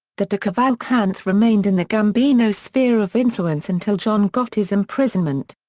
the decavalcantes remained in the gambino's sphere of influence until john gotti's imprisonment.